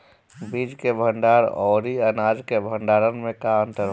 बीज के भंडार औरी अनाज के भंडारन में का अंतर होला?